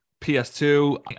PS2